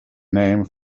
name